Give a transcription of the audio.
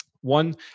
One